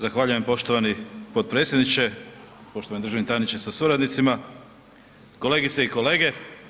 Zahvaljujem poštovani potpredsjedniče, poštovani državni tajniče sa suradnicima, kolegice i kolege.